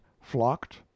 flocked